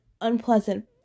unpleasant